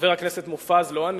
חבר הכנסת מופז, לא אני.